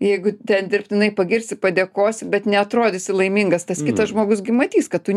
jeigu ten dirbtinai pagirsi padėkosi bet neatrodysi laimingas tas kitas žmogus gi matys kad tu